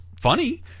funny